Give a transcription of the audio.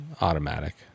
automatic